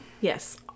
yes